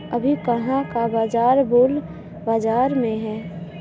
अभी कहाँ का बाजार बुल बाजार में है?